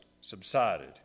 subsided